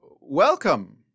welcome